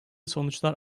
sonuçlar